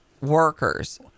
workers